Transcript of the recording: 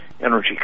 energy